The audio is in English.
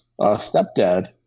stepdad